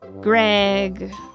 Greg